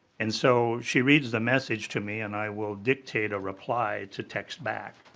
and so she reads the message to me and i will dictate a reply to text back.